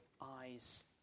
eyes